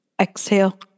exhale